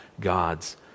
God's